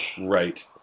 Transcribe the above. Right